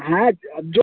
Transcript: ہاں جو